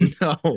No